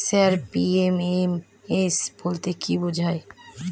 Sir PFMS বলতে কি বোঝায়?